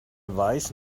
wise